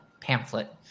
pamphlet